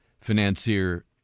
financier